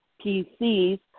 PCs